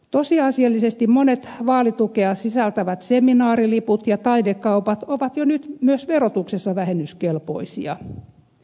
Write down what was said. tosiasiallisesti monet vaalitukea sisältävät seminaariliput ja taidekaupat ovat jo nyt myös verotuksessa vähennyskelpoisia